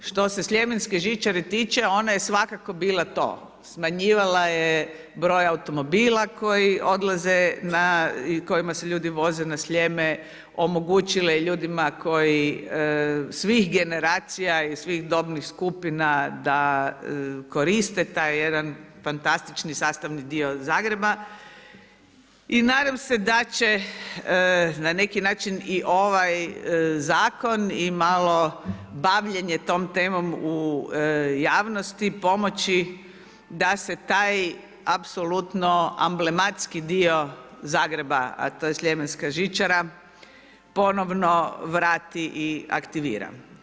Što se Sljemenske žičare tiče ona je svakako bila to, smanjivala je broj automobila koji odlaze i kojima se ljudi voze na Sljeme, omogućila je ljudima svih generacija i svih dobnih skupina da koriste taj jedan fantastični sastavni dio Zagreba i nadam se da će na neki način i ovaj zakon i malo bavljenje tom temom u javnosti pomoći da se taj apsolutno amblemski dio Zagreba, a to je Sljemenska žičara, ponovno vrati i aktivira.